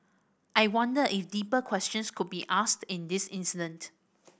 I wonder if deeper questions could be asked in this incident